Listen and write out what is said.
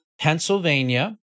Pennsylvania